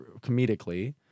comedically